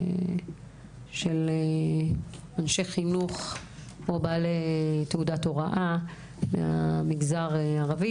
של אנשי חינוך או בעלי תעודת הוראה מהמגזר הערבי.